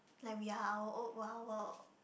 like we're all odd wild world